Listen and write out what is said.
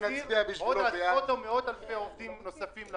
ואת אותם נתונים שהעובד היה צריך להעביר לשירות התעסוקה,